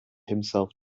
himself